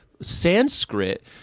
Sanskrit